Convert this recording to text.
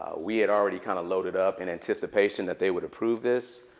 we had already kind of loaded up in anticipation that they would approve this.